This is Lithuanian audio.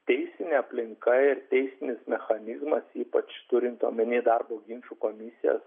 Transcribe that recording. teisinė aplinka ir teisinis mechanizmas ypač turint omeny darbo ginčų komisijas